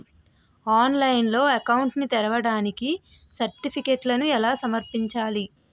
ఆన్లైన్లో అకౌంట్ ని తెరవడానికి సర్టిఫికెట్లను ఎలా సమర్పించాలి?